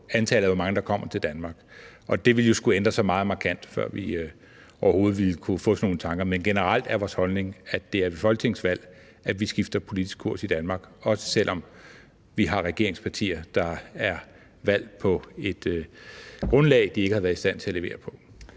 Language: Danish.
antallet af, hvor mange der kommer til Danmark. Og det ville jo skulle ændre sig meget markant, før vi overhovedet ville kunne få sådan nogle tanker, men generelt er vores holdning, at det er ved folketingsvalg, vi skifter politisk kurs i Danmark, også selv om vi har regeringspartier, der er valgt på et grundlag, de ikke har været i stand til at levere på.